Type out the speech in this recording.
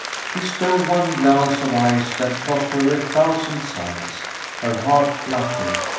she stole one glance of eyes that cost her a thousand sighs her heart fluttered,